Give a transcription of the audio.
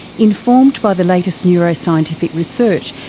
informed by the latest neuroscientific research,